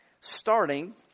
starting